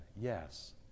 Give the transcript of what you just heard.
Yes